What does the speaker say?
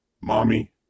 Mommy